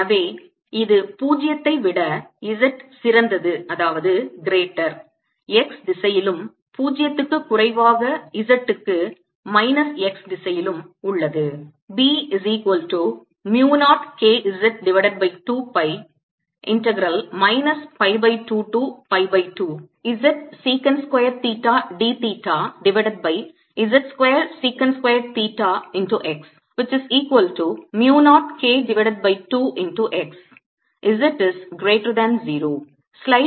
எனவே இது 0 ஐ விட z சிறந்தது x திசையிலும் 0 க்கு குறைவாக z க்கு மைனஸ் x திசையிலும் உள்ளது